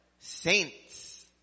Saints